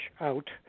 out